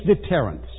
deterrence